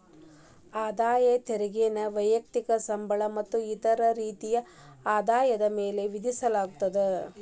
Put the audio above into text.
ಆದಾಯ ತೆರಿಗೆನ ವ್ಯಕ್ತಿಯ ಸಂಬಳ ಮತ್ತ ಇತರ ರೇತಿಯ ಆದಾಯದ ಮ್ಯಾಲೆ ವಿಧಿಸಲಾಗತ್ತ